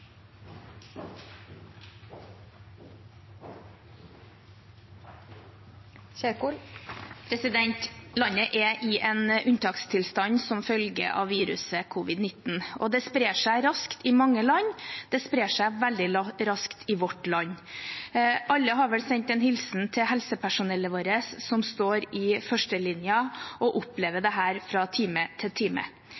i en unntakstilstand som følge av viruset covid-19. Det sprer seg raskt i mange land – det sprer seg veldig raskt i vårt land. Alle har vel sendt en hilsen til helsepersonellet vårt, som står i førstelinjen og opplever